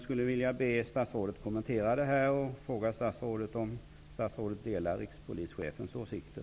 Delar statsrådet rikspolischefens åsikter?